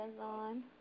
on